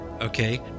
okay